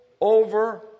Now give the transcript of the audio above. over